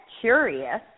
curious